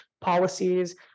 policies